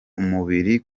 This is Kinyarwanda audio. umubiri